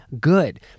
good